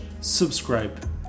subscribe